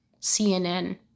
CNN